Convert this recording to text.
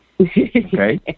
Okay